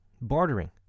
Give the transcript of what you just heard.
Bartering